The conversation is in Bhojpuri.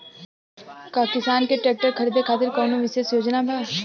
का किसान के ट्रैक्टर खरीदें खातिर कउनों विशेष योजना बा?